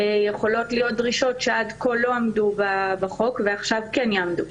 יכולות להיות דרישות שעד כה לא עמדו בחוק ועכשיו כן יעמדו.